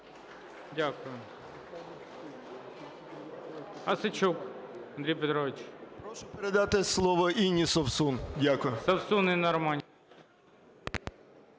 Дякую.